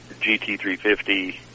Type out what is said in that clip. GT350